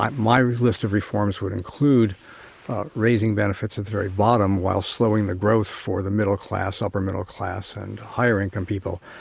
my list of reforms would include raising benefits at the very bottom, while slowing the growth for the middle class, upper middle class, and higher-income people.